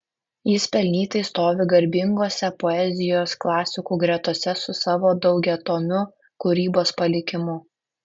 jis pelnytai stovi garbingose poezijos klasikų gretose su savo daugiatomiu kūrybos palikimu